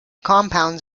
compounds